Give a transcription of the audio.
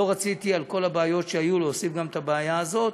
לא רציתי להוסיף על כל הבעיות שהיו גם את הבעיה הזאת,